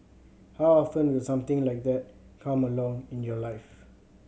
how often will something like that come along in your life